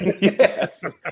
Yes